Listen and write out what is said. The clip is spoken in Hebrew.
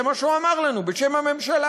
זה מה שהוא אמר לנו בשם הממשלה.